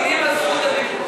מגינים על זכות הדיבור.